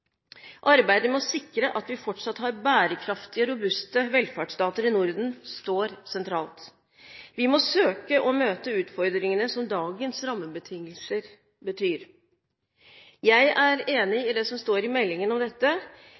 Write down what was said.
Arbeidet med å sikre at vi fortsatt har bærekraftige, robuste velferdsstater i Norden står sentralt. Vi må søke å møte utfordringene som dagens rammebetingelser gir. Jeg er enig i det som står i meldingen om dette.